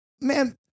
Man